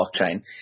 blockchain